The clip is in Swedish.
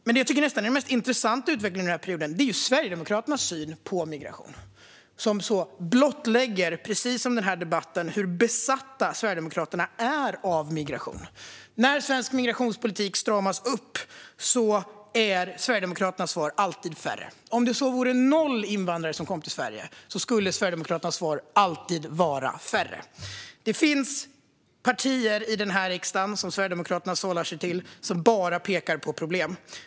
Men den utveckling under perioden som jag nästan tycker är mest intressant är Sverigedemokraternas syn på migration. Liksom i denna debatt blottläggs hur besatta de är av migration. När svensk migrationspolitik stramas upp är Sverigedemokraternas svar alltid: Färre! Om det så vore noll invandrare som kom till Sverige skulle Sverigedemokraternas svar alltid vara: Färre! Det finns i Sveriges riksdag partier som bara pekar på problem, och till dem sällar sig Sverigedemokraterna.